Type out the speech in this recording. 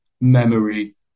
memory